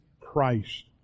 Christ